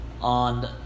On